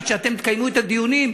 עד שאתם תקיימו את הדיונים,